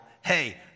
Hey